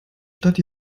stadt